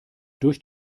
durch